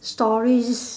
stories